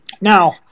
Now